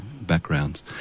backgrounds